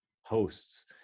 hosts